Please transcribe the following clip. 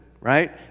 right